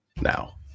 now